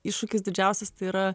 iššūkis didžiausias tai yra